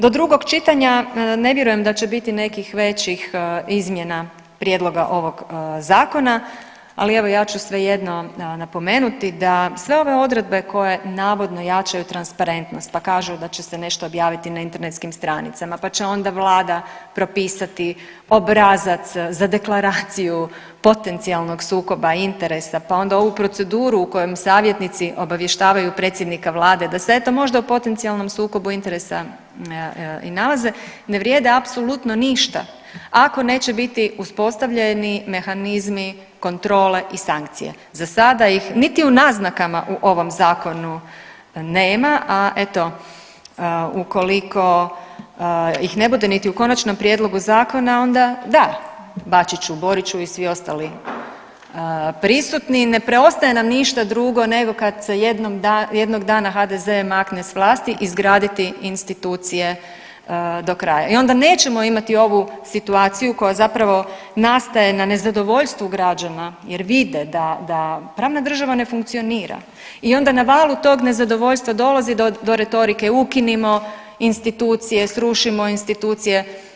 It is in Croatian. Do drugog čitanja, ne vjerujem da će biti nekih većih izmjena prijedloga ovog zakona, ali evo ja ću svejedno napomenuti da sve ove odredbe koje navodno jačaju transparentnost, pa kažu da će se nešto objaviti na internetskim stranicama pa će onda vlada propisati obrazac za deklaraciju potencijalnog sukoba interesa, pa onda ovu proceduru u kojoj savjetnici obavještavaju predsjednika vlade da se eto možda u potencijalnom sukobu interesa i nalaze ne vrijede apsolutno ništa ako neće biti uspostavljeni mehanizmi kontrole i sankcije, za sada ih niti u naznakama u ovom zakonu nema, a eto ukoliko ih ne bude niti u konačnom prijedlogu zakona onda da Bačiću, Boriću i svi ostali prisutni, ne preostaje nam ništa drugo nego kad se jednog dana HDZ makne s vlasti izgraditi institucije do kraja i onda nećemo imati ovu situaciju koja zapravo nastaje na nezadovoljstvu građana jer vide da, da pravna država ne funkcionira i onda na valu tog nezadovoljstva dolazi do retorike ukinimo institucije, srušimo institucije.